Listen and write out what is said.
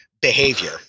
behavior